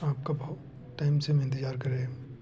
आपका बहोत टाइम से हम इंतज़ार कर रहे हैं